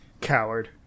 Coward